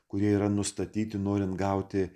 kurie yra nustatyti norint gauti